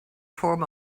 form